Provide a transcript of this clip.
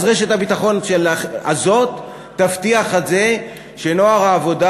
אז רשת הביטחון הזאת תבטיח את זה שנוער העבודה